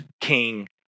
king